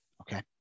Okay